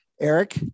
Eric